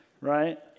Right